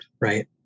right